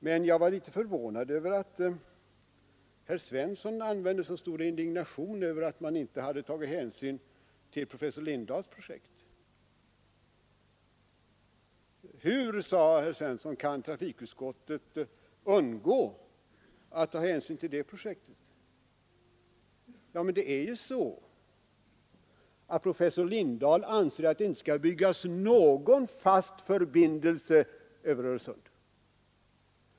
Men jag blev litet förvånad över att herr Svensson kände så stor indignation över att man inte hade tagit hänsyn till professor Lindahls projekt. Hur, sade herr Svensson, kan trafikutskottet undgå att ta hänsyn till detta projekt? Men professor Lindahl anser att det inte skall byggas någon fast förbindelse över Öresund.